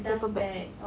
paper bag